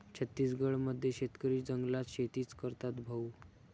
छत्तीसगड मध्ये शेतकरी जंगलात शेतीच करतात भाऊ